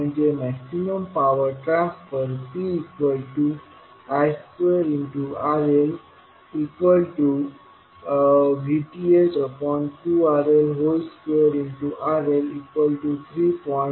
म्हणजे maximum power transfer PI2RLVTh2RL2RL3